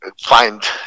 find